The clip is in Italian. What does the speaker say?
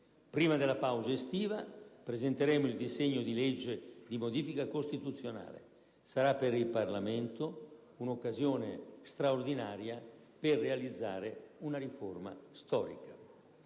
Prima della pausa estiva, presenteremo il disegno di legge di modifica costituzionale: sarà per il Parlamento un'occasione straordinaria per realizzare una riforma storica.